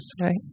right